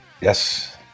Yes